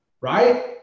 right